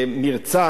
כישורם,